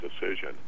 decision